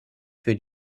für